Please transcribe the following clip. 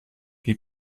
wie